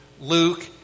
Luke